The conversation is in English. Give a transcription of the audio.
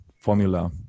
formula